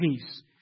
peace